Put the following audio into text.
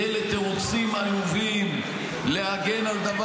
כי אלה תירוצים עלובים להגן על דבר